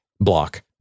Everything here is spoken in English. Block